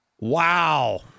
Wow